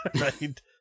right